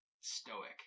stoic